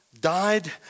died